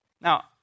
Now